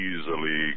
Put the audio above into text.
easily